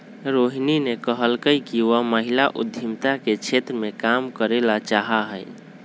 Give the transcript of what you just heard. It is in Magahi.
रोहिणी ने कहल कई कि वह महिला उद्यमिता के क्षेत्र में काम करे ला चाहा हई